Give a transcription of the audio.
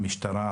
המשטרה,